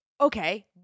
Okay